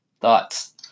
Thoughts